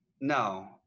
No